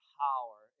power